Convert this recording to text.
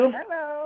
Hello